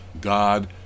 God